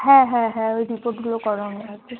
হ্যাঁ হ্যাঁ হ্যাঁ ওই রিপোর্টগুলো করানো থাকবে